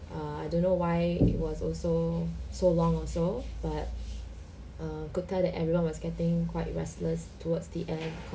err I don't know why it was also so long also but err could tell that everyone was getting quite restless towards the end